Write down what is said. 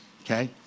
Okay